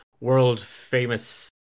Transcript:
world-famous